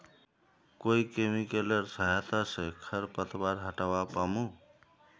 कोइ केमिकलेर सहायता से खरपतवार हटावा पामु